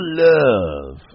love